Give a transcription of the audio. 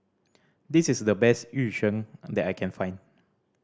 this is the best Yu Sheng that I can find